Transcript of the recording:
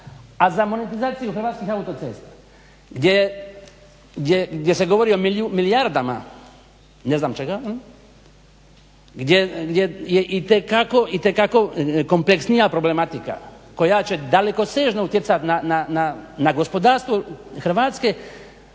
A za monetizaciju Hrvatskih autocesta gdje se govori o milijardama ne znam čega, gdje je itekako kompleksnija problematika koja će dalekosežno utjecat na gospodarstvo Hrvatske,